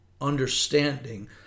understanding